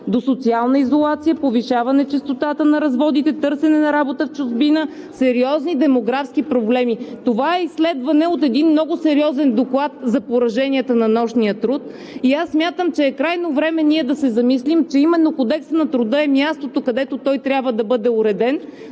до социална изолация, повишаване честотата на разводите, търсене на работа в чужбина, сериозни демографски проблеми. Това е изследване от един много сериозен доклад за пораженията на нощния труд. Аз смятам, че е крайно време да се замислим, че именно Кодексът на труда е мястото, където той трябва да бъде уреден,